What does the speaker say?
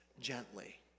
gently